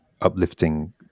uplifting